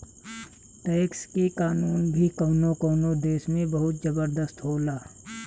tax के कानून भी कवनो कवनो देश में बहुत जबरदस्त होला